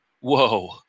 Whoa